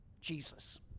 Jesus